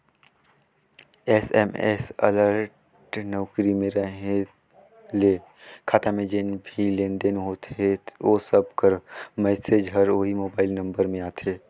SMS alert नउकरी में रहें ले खाता में जेन भी लेन देन होथे ओ सब कर मैसेज हर ओही मोबाइल नंबर में आथे